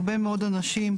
הרבה מאוד אנשים,